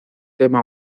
tema